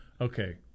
okay